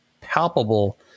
palpable